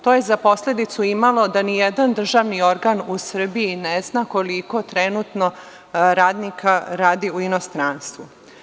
To je za posledicu imalo da nijedan državni organ u Srbiji ne zna koliko trenutno radnika radi u inostranstvu.